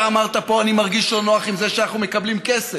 אתה אמרת פה: אני מרגיש לא נוח עם זה שאנחנו מקבלים כסף.